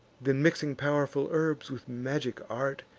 then, mixing pow'rful herbs, with magic art,